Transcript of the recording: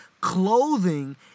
clothing